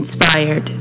Inspired